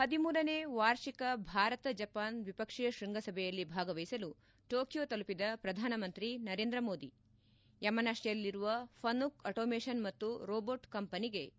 ಹದಿಮೂರನೇ ವಾರ್ಷಿಕ ಭಾರತ ಜಪಾನ್ ದ್ವಿಪಕ್ಷೀಯ ಶ್ವಂಗಸಭೆಯಲ್ಲಿ ಭಾಗವಹಿಸಲು ಟೋಕಿಯೊ ತಲುಪಿದ ಪ್ರಧಾನಮಂತ್ರಿ ನರೇಂದ್ರ ಮೋದಿ ಯಮನಾಶಿಯಲ್ಲಿರುವ ಫನುಕ್ ಆಟೋಮೆಷನ್ ಮತ್ತು ರೋಬೋಟ್ ಕಂಪನಿಗೆ ಇಂದು ಭೇಟ